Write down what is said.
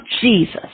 Jesus